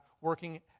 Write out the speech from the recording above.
working